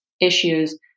issues